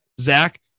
Zach